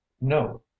no